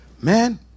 Man